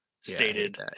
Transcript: stated